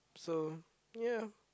so ya